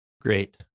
Great